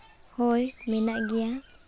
ᱦᱳᱭ ᱢᱮᱱᱟᱜ ᱜᱮᱭᱟ